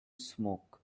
smoke